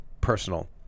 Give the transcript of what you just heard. personal